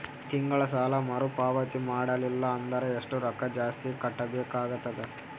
ತಿಂಗಳ ಸಾಲಾ ಮರು ಪಾವತಿ ಮಾಡಲಿಲ್ಲ ಅಂದರ ಎಷ್ಟ ರೊಕ್ಕ ಜಾಸ್ತಿ ಕಟ್ಟಬೇಕಾಗತದ?